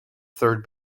third